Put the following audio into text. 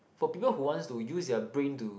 for people who wants to use their brain to